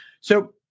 So-